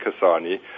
Kasani